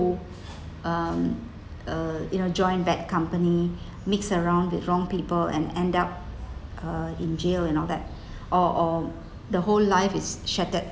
who um uh you know joint bad company mix around with wrong people and end up uh in jail and all that or or the whole life is shattered